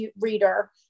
reader